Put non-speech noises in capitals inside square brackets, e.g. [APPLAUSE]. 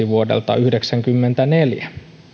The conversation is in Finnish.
[UNINTELLIGIBLE] vuodelta yhdeksänkymmentäneljä